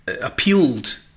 appealed